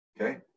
Okay